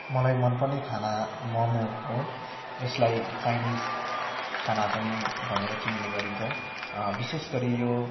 मलाई मन पर्ने खाना मोमो हो यसलाई चाइनिज खानापनि भनेर चिनिने गरिन्छ विशेष गरि यो